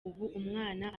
umwana